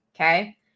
okay